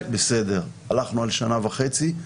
בסדר, הלכנו על שנה וחצי,